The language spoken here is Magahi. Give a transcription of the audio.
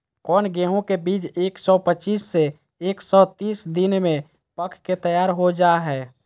कौन गेंहू के बीज एक सौ पच्चीस से एक सौ तीस दिन में पक के तैयार हो जा हाय?